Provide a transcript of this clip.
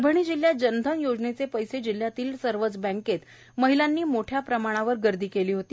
परभणी जिल्ह्यात जनधन योजनेचे पैसे जिल्ह्यातील सर्वच बँकेत महिलांनी मोठ्या प्रमाणावर गर्दी केली होती